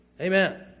Amen